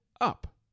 up